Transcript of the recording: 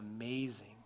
amazing